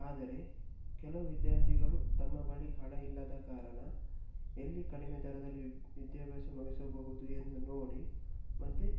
ಆದರೆ ಕೆಲವು ವಿದ್ಯಾರ್ಥಿಗಳು ತಮ್ಮ ಬಳಿ ಹಣ ಇಲ್ಲದ ಕಾರಣ ಎಲ್ಲಿ ಕಡಿಮೆ ದರದಲ್ಲಿ ವಿದ್ಯಾಭ್ಯಾಸ ಮುಗಿಸಬಹುದು ಎಂದು ನೋಡಿ ಮತ್ತು